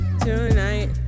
tonight